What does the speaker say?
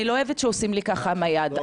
אני לא אוהבת שעושים לי ככה עם היד,